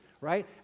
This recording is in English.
right